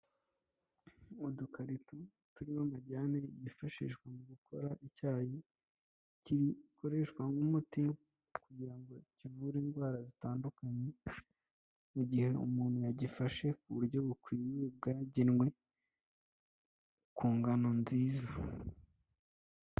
Udukarito turimo amajyane yifashishwa mu gukora icyayi kirikoreshwa nk'umuti kugira ngo kivure indwara zitandukanye mu gihe umuntu yagifashe ku buryo bukwiriye bwagenwe ku ngano nziza.